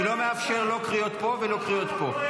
אני לא מאפשר, לא קריאות פה ולא קריאות פה.